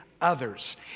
others